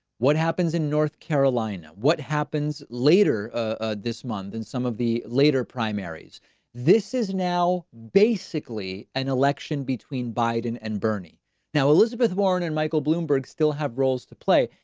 what happens in north carolina, what happens later ah this month, and some of the later primaries this is now a basically an election between bite, and and bernie now, elizabeth warren and michael bloomberg still have roles to play.